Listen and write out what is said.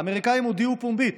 האמריקאים הודיעו פומבית,